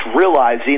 realizing